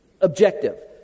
objective